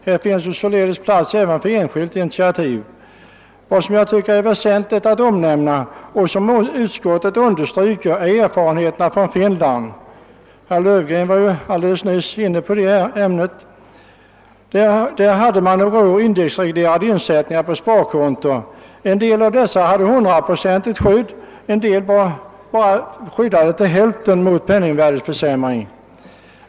Här finns således plats även för enskilda initiativ. Vad jag emellertid anser väsentligt att nämna, och som också utskottet har understrukit, är erfarenheterna från Finland. Herr Löfgren var inne på det ämnet alldeles nyss. Där tillämpade man några år en form av indexreglerade insättningar på sparkonto. En del av dessa var 100-procentigt skyddade, andra var bara till hälften skyddade mot penningvärdeförsämringen.